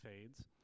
fades